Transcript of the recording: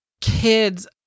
kids